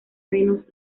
menos